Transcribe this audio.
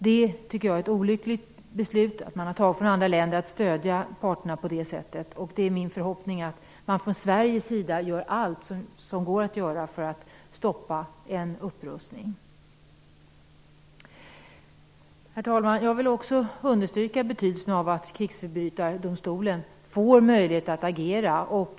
Jag tycker att det beslut som man har tagit i andra länder om att stödja parterna på det sättet är olyckligt. Det är min förhoppning att man från Sveriges sidan gör allt som går att göra för att stoppa en upprustning. Herr talman! Jag vill också understryka betydelsen av att krigsförbrytardomstolen får möjlighet att agera.